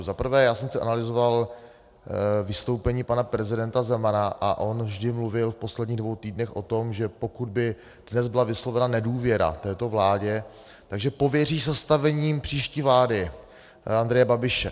Za prvé, já jsem si analyzoval vystoupení pana prezidenta Zemana a on vždy mluvil v posledních dvou týdnech o tom, že pokud by dnes byla vyslovena nedůvěra této vládě, že pověří sestavením příští vlády Andreje Babiše.